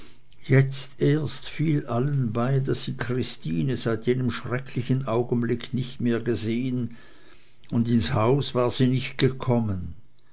jetzt erst fiel allen bei daß sie christine seit jenem schrecklichen augenblick nicht mehr gesehen und ins haus war sie nicht gekommen